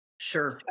Sure